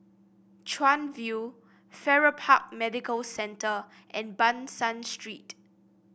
Chuan View Farrer Park Medical Centre and Ban San Street